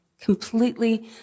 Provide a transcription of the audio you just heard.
completely